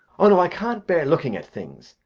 oh, no! i can't bear looking at things.